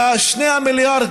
ל-2 המיליארד,